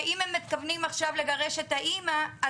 אז אם הם מתכוונים עכשיו לגרש את האמא,